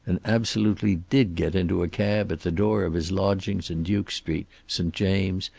and absolutely did get into a cab at the door of his lodgings in duke street, st. james',